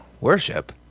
worship